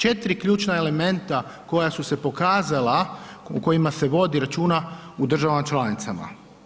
Četiri ključna elementa koja su se pokazala, o kojima se vodi računa u državama članicama.